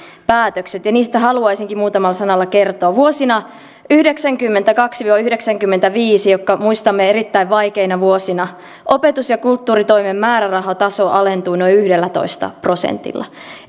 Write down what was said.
päätökset ja niistä haluaisinkin muutamalla sanalla kertoa vuosina yhdeksänkymmentäkaksi viiva yhdeksänkymmentäviisi jotka muistamme erittäin vaikeina vuosina opetus ja kulttuuritoimen määrärahataso alentui noin yhdellätoista prosentilla